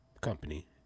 company